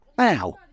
Ow